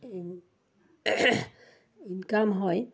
income হয়